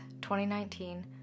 2019